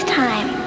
time